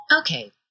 Okay